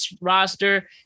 roster